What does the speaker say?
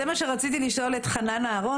זה מה שרציתי לשאול את חנן אהרון